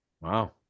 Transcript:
Wow